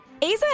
Aza